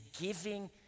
giving